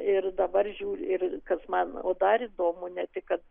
ir dabar žiūriu ir kas man dar įdomu ne tik kad